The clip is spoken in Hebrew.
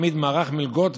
מעמיד מערך מלגות,